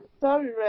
sorry